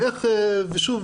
ושוב,